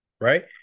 right